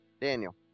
Daniel